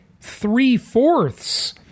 three-fourths